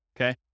okay